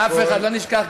אף אחד לא נשכח.